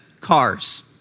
cars